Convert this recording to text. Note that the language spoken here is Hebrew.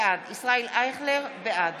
בעד